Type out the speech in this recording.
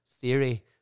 theory